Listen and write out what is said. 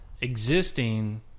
existing